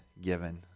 given